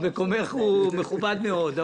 מקומך הוא מכובד מאוד,